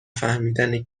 فهمیدن